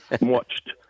watched